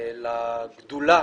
לגדולה